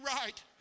right